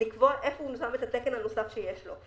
לקבוע איפה הוא שם את התקן הנוסף שיש לו.